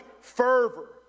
fervor